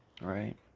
Right